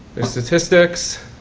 their statistics.